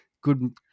good